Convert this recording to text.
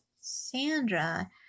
Sandra